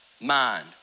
mind